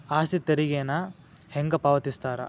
ಆಸ್ತಿ ತೆರಿಗೆನ ಹೆಂಗ ಪಾವತಿಸ್ತಾರಾ